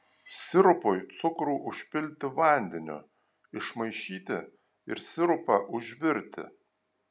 sirupui cukrų užpilti vandeniu išmaišyti ir sirupą užvirti